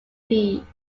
peace